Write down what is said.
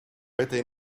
этой